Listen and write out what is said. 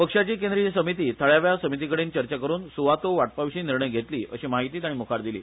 पक्षाची केंद्रीय समिती थळाव्या समितीकडे चर्चा करून सुवातो वांटपांविशी निर्णय घेतली अशी म्हायती ताणी मुखार दिली